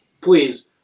please